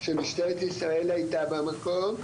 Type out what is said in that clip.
שמשטרת ישראל הייתה במקום,